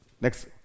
Next